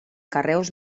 carreus